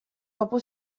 dopo